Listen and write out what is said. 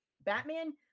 batman